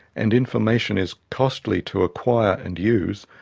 and information is costly to acquire and use,